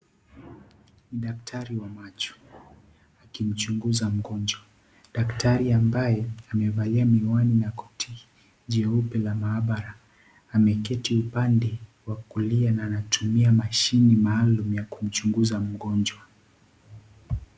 Daktari wa macho akimchunguza mgonjwa, daktari ambaye amevalia miwani na koti jeupe la mahabara, ameketi upande wa kulia na anatumia mashine maalum ya kumchunguza mgonjwa.